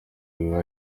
biba